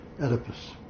Oedipus